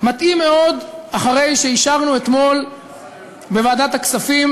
מתאים מאוד, אחרי שאישרנו אתמול בוועדת הכספים,